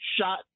shot